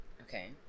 Okay